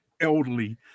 elderly